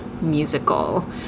musical